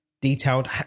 detailed